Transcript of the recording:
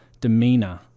demeanor